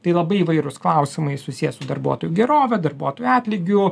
tai labai įvairūs klausimai susiję su darbuotojų gerove darbuotojų atlygiu